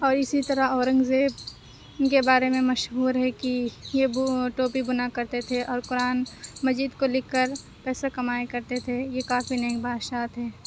اور اسی طرح اورنگ زیب ان کے بارے میں مشہور ہے کہ یہ وہ ٹوپی بُنا کرتے تھے اور قرآن مجید کو لکھ کر پیسے کمایا کرتے تھے یہ کافی نیک بادشاہ تھے